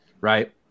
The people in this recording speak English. right